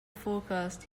forecast